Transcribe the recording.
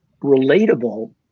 relatable